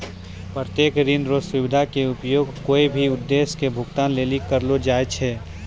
प्रत्यक्ष ऋण रो सुविधा के उपयोग कोय भी उद्देश्य के भुगतान लेली करलो जाय छै